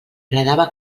agradava